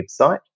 website